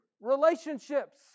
Relationships